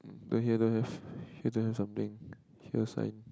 no here don't have here don't have something here sign